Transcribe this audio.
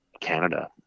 Canada